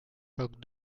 tuck